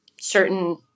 certain